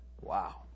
Wow